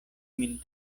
min